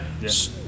Yes